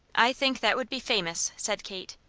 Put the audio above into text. i think that would be famous, said kate.